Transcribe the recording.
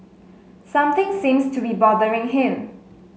something seems to be bothering him